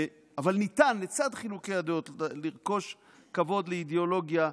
אבל ניתן לצד חילוקי הדעות לרחוש כבוד לאידיאולוגיה,